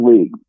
league